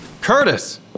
Curtis